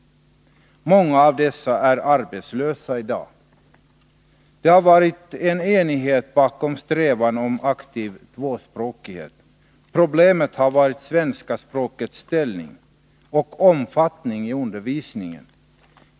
Många av dessa är arbetslösa i dag. Det har varit enighet bakom strävan att uppnå aktiv tvåspråkighet. Problemet har varit svenska språkets ställning och omfattning i undervisningen.